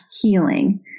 healing